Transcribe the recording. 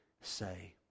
say